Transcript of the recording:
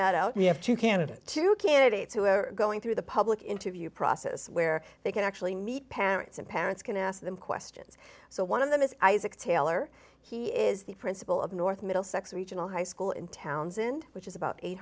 that out we have two candidates two candidates who are going through the public interview process where they can actually meet parents and parents can ask them questions so one of them is isaac taylor he is the principal of north middlesex regional high school in townsend which is about eight